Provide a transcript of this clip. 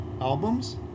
albums